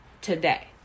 today